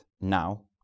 now